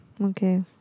Okay